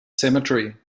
cemetery